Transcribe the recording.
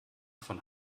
von